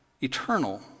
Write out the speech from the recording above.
eternal